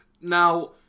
Now